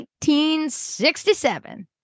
1967